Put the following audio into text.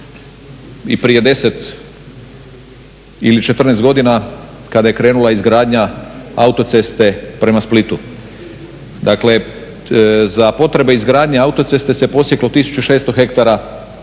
i prije 10 ili 14 godina kada je krenula izgradnja autoceste prema Splitu. Dakle za potrebe izgradnje autoceste se posjeklo 1600 hektara